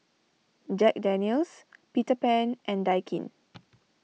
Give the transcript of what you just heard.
Jack Daniel's Peter Pan and Daikin